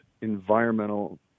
environmental